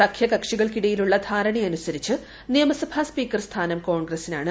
സഖ്യകക്ഷികൾക്കിടയിലുള്ള ധാരണ്ണ് അ്നുസരിച്ച് നിയമസഭാ സ്പീക്കർ സ്ഥാനം കോൺഗ്രസിനാണ്